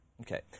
Okay